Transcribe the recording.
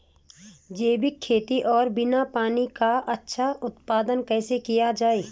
जैविक खेती और बिना पानी का अच्छा उत्पादन कैसे किया जाए?